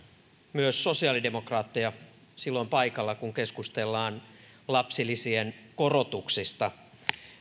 myös sosiaalidemokraatteja silloin paikalla kun keskustellaan lapsilisien korotuksista